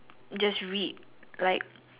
just read like